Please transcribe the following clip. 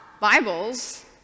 Bibles